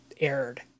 aired